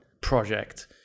project